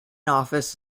office